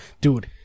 Dude